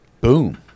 Boom